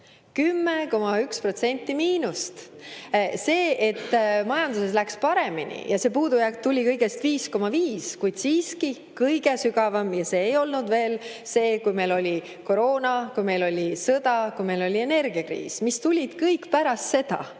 10,1% miinust! Majandusel läks aga paremini ja see puudujääk tuli kõigest 5,5% – siiski kõige sügavam [miinus]. Ja see ei olnud veel siis, kui meil oli koroona, kui meil oli sõda, kui meil oli energiakriis, mis tulid kõik pärast seda.